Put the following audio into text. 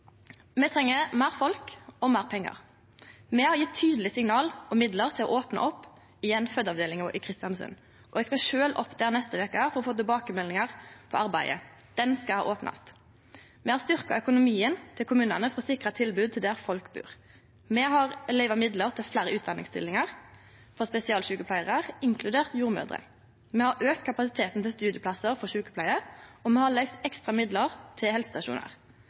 Me treng fleire folk og meir pengar. Me har gjeve tydelege signal og midlar til å opne opp igjen fødeavdelinga i Kristiansund, og eg skal sjølv dit neste veke for å få tilbakemeldingar på arbeidet. Ho skal opnast. Me har styrkt økonomien til kommunane for å sikre tilbod der folk bur. Me har løyvd midlar til fleire utdanningsstillingar for spesialsjukepleiarar, inkludert jordmødrer. Me har auka kapasiteten til studieplassar for sjukepleiarar, og me har løyvd ekstra midlar til helsestasjonar.